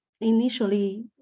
initially